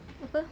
apa